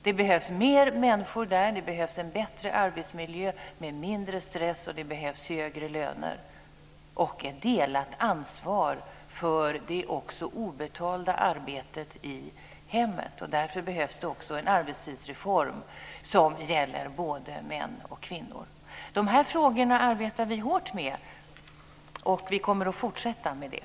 Det behövs fler människor där. Det behövs en bättre arbetsmiljö med mindre stress, det behövs högre löner och ett delat ansvar också för det obetalda arbetet i hemmet. Därför behövs det också en arbetstidsreform som gäller både män och kvinnor. Dessa frågor arbetar vi hårt med, och vi kommer att fortsätta med det.